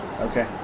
Okay